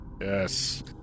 Yes